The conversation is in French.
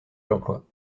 l’emploi